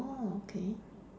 oh okay